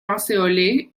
lancéolées